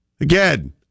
Again